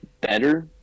better